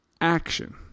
action